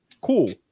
Cool